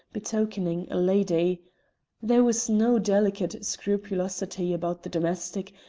betokening a lady there was no delicate scrupulosity about the domestic,